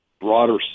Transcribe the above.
broader